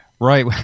Right